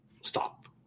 Stop